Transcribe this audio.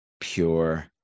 pure